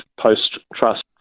post-trust